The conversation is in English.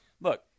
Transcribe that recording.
Look